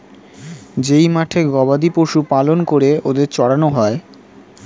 যেই মাঠে গবাদি পশু পালন করে ওদের চড়ানো হয়